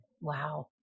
Wow